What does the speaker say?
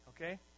okay